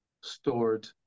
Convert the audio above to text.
stored